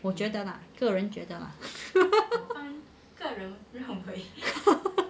我觉得 lah 个人觉得 lah